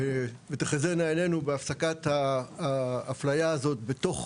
תחזינה עינינו בהפסקת האפליה הזאת בתוך